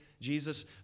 Jesus